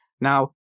Now